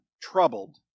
troubled